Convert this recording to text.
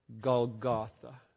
Golgotha